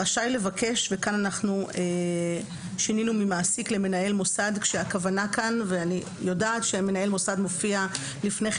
רשאי לבקש ממנהל מוסד אני יודעת שמנהל מוסד מופיע לפני כן